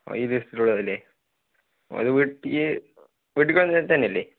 ഈ ലിസ്റിലുള്ളതല്ലേ ഒരു വീട്ടിക്കു വീട്ടിക്കുവാങ്ങാ തന്നെയല്ലേ